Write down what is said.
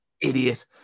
idiot